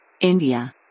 India